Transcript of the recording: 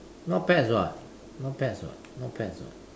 not pets what not pets what not pets what